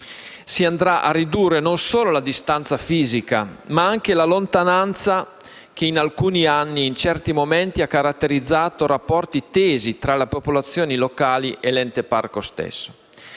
si andrà a ridurre non solo la distanza fisica, ma anche la lontananza che, in alcuni casi nel corso degli anni, è stata caratterizzata da rapporti tesi tra le popolazioni locali e l'ente parco.